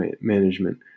management